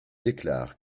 déclare